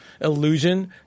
illusion